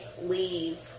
leave